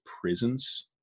prisons